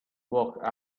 walked